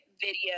video